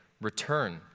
return